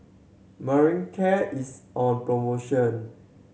Manicare is on promotion